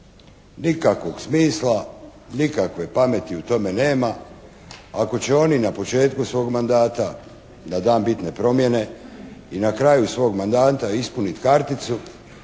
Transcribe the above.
Nikakvog smisla, nikakve pameti u tome nema. Ako će oni na početku svog mandata da dam bitne promjene i na kraju svog mandata ispuniti karticu,